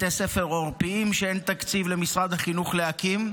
בתי ספר עורפיים שאין תקציב למשרד החינוך להקים.